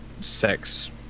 sex